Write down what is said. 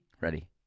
Ready